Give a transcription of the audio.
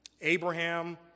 Abraham